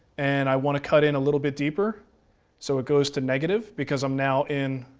and i want to cut in a little bit deeper so it goes to negative because i'm now in